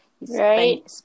right